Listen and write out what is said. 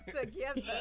together